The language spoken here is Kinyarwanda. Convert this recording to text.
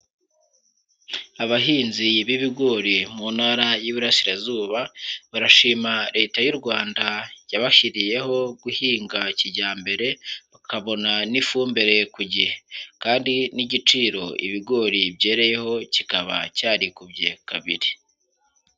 Abahinzi b'ibigori mu ntara y'Iburasirazuba, barashima Leta y'u Rwanda yabashyiriyeho guhinga kijyambere, bakabona n'ifumbire ku gihe kandi n'igiciro ibigori byereyeho kikaba cyarikubye kabiri.